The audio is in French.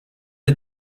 est